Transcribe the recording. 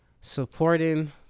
Supporting